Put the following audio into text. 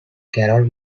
carroll